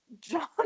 John